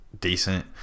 decent